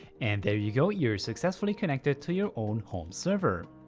and there you go you're successfully connected to your own home server.